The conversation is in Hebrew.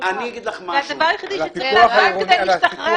הדבר היחיד שצריך לעשות בשביל להשתחרר